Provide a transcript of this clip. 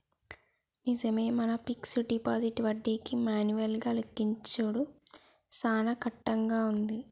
నిజమే మన fixed deposit వడ్డీకి మాన్యువల్ గా లెక్కించుడు సాన కట్టంగా ఉంది